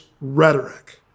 rhetoric